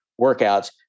workouts